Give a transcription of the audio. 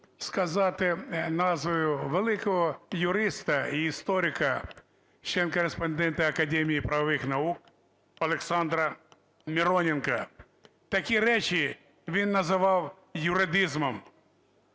сказати назвою великого юриста, історика, члена-кореспондента Академії правових наук Олександра Мироненка. Такі речі він називав "юридизмом".